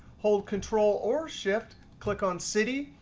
hold control or shift, click on city,